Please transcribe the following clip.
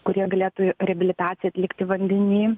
kurie galėtų reabilitaciją atlikti vandeny